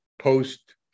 post-